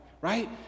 right